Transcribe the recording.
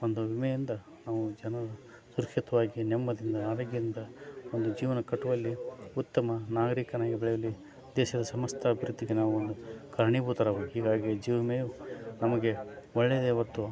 ಒಂದು ವಿಮೆಯಿಂದ ನಾವು ಜನರು ಸುರಕ್ಷಿತವಾಗಿ ನೆಮ್ಮದಿಯಿಂದ ಆರೋಗ್ಯದಿಂದ ಒಂದು ಜೀವನ ಕಟ್ಟುವಲ್ಲಿ ಉತ್ತಮ ನಾಗರಿಕನಾಗಿ ಬೆಳೆಯಲ್ಲಿ ದೇಶದ ಸಮಸ್ತ ಅಭಿವೃದ್ಧಿಗೆ ನಾವು ಕಾರಣೀಭೂತರಾಗಬೇಕು ಹೀಗಾಗಿ ಜೀವ ವಿಮೆಯು ನಮಗೆ ಒಳ್ಳೆಯದೇ ಹೊರತು